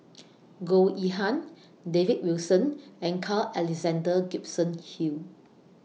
Goh Yihan David Wilson and Carl Alexander Gibson Hill